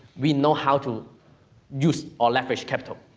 we know how to use or leverage capital.